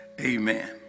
Amen